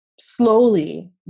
slowly